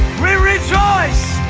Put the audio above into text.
we rejoice!